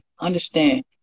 understand